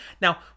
Now